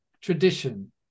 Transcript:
tradition